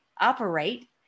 operate